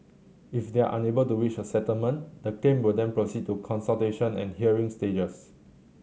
if they are unable to reach a settlement the claim will then proceed to consultation and hearing stages